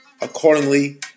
Accordingly